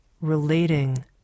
relating